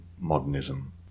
modernism